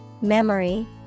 memory